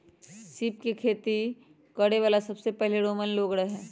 सीप के खेती करे वाला सबसे पहिले रोमन लोग रहे